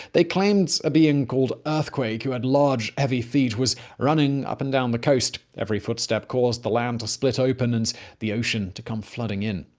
they claimed a being called earthquake who had large, heavy feet was running up and down the coast. every footstep caused the land to split open and the ocean to come flooding in.